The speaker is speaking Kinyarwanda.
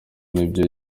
n’ibyo